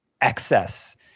excess